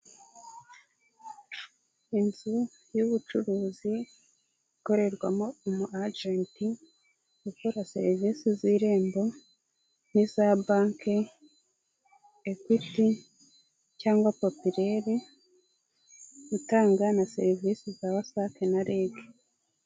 Inzu y'ubucuruzi ikorerwamo umu ajenti ukora serivisi z'irembo, n'iza banki, Equity cyangwa Populaire utanga na serivisi za WASAC na REG.